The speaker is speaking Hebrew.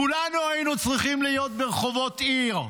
כולנו היינו צריכים להיות ברחובות עיר,